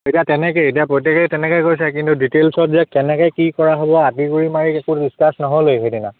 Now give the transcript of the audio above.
এতিয়া তেনেকৈয়ে এতিয়া প্ৰত্যেকেই তেনেকৈ কৈছে কিন্তু ডিটেইলছত যে কেনেকৈ কি কৰা হ'ব আতি গুৰি মাৰি একো ডিচকাছ নহ'লেই সেইদিনা